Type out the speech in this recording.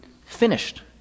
finished